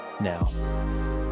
now